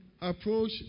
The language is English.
approach